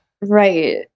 right